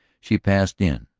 she passed in,